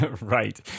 Right